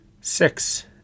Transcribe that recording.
six